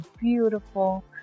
beautiful